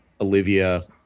Olivia